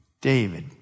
David